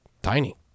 tiny